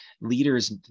leaders